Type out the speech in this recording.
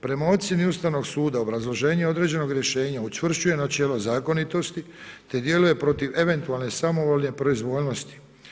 Prema ocjeni Ustavnog suda obrazloženje određenog rješenja učvršćuje načelo zakonitosti te djeluje protiv eventualne samovolje proizvoljnosti.